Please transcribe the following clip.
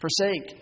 forsake